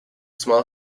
small